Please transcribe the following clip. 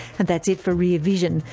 and that's it for rear vision.